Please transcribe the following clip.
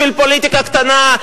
בשביל פוליטיקה קטנה,